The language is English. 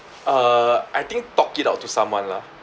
uh I think talk it out to someone lah